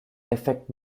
effect